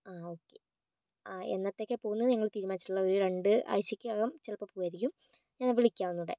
ആ ഓക്കേ ആ എന്നത്തേക്കാണ് പോകുന്നത് ഞങ്ങൾ തീരുമാനിച്ചിട്ടില്ല ഒര് രണ്ട് ആഴ്ചക്ക് അകം ചിലപ്പോൾ പോകുമായിരിക്കും ഞാൻ വിളിക്കാം ഒന്നൂടെ